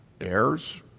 Heirs